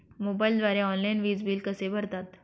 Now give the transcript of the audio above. मोबाईलद्वारे ऑनलाईन वीज बिल कसे भरतात?